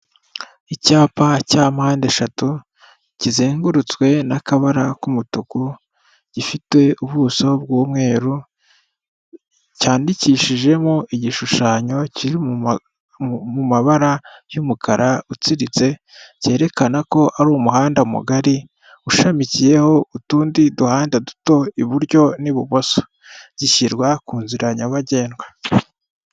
Icyapa cya mpandeshatu kizengurutswe n'akabara k'umutuku, gifite ubuso bw'umweru, cyandikishijemo igishushanyo kiri mu mabara y'umukara utsiritse, cyerekana ko ari umuhanda mugari ushamikiyeho utundi duhanda duto iburyo n'ibumoso zishyirwa ku nzira nyabagendwa.